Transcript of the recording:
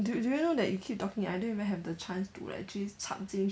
do do you know that you keep talking I don't even have the chance to like actually 插进去